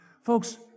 Folks